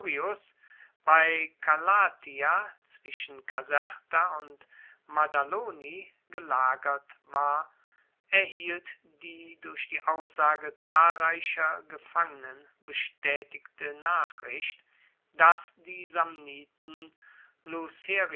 maddaloni gelagert war erhielt die durch die aussage zahlreicher gefangenen bestaetigte nachricht dass die